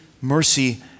mercy